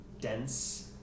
Dense